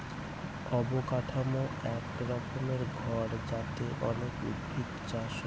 অবকাঠামো এক রকমের ঘর যাতে অনেক উদ্ভিদ চাষ হয়